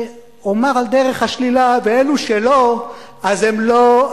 ואומר על דרך השלילה, ואלה שלא, אז הם לא.